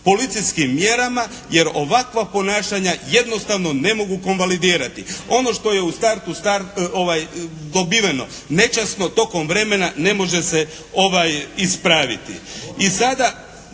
policijskim mjerama jer ovakva ponašanja jednostavno ne mogu konvalidirati. Ono što je u startu dobiveno nečasno tokom vremena ne može se ispraviti.